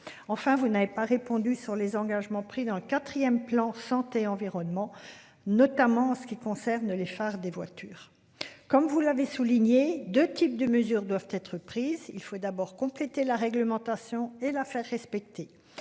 Enfin, vous n'avez pas répondu sur les engagements pris dans le 4ème plan santé-environnement notamment en ce qui concerne les phares des voitures. Comme vous l'avez souligné 2 types de mesures doivent être prises, il faut d'abord compléter la réglementation et la faire respecter.